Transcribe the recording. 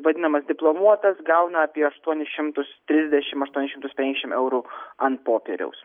vadinamas diplomuotas gauna apie aštuonis šimtus trisdešim aštuonis šimtus penkiasdešim eurų ant popieriaus